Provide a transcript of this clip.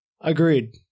Agreed